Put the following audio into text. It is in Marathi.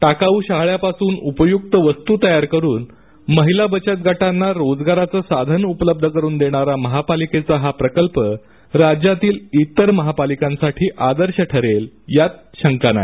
टाकाऊ शाहाळयापासून उपयुक्त वस्तू तयार करून महिला बचत गटांना रोजगाराचं साधन उपलब्ध करून देणारा महापालिकेचा हा प्रकल्प राज्यातील इतर महापालिकांसाठी आदर्श ठरेल यात शंका नाही